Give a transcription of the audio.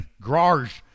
garage